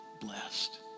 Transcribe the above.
blessed